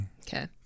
Okay